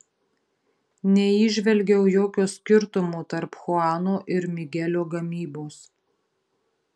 neįžvelgiau jokio skirtumo tarp chuano ir migelio gamybos